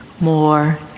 more